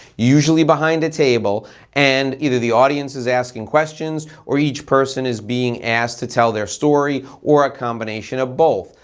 usually behind a table and either the audience is asking questions or each person is being asked to tell their story or a combination of both.